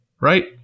Right